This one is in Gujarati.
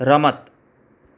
રમત